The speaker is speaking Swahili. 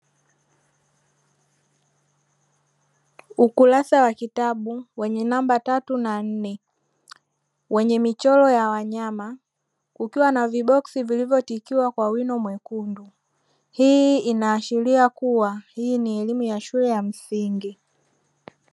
Ukurasa wa kitabu wenye namba tatu na nne, wenye michoro ya wanyama, kukiwa na viboksi vilivyotikiwa kwa wino mwekundu, hii inaashiria kuwa hii ni elimu ya shule ya msingi.